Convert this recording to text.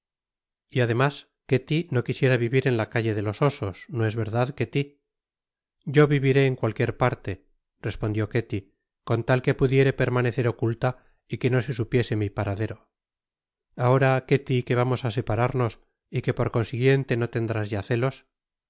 y además ketty no quisiera vivir en la calle de los osos no es verdad ketty yo viviré en cualquier parte respondió ketty con tal que pudiere permanecer oculta y que no se supiese mi paradero ahora ketty que vamos á separarnos y que por consiguiente no tendrás ya celos